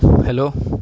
hello